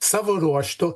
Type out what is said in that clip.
savo ruožtu